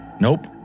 Nope